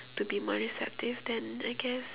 to be more receptive then I guess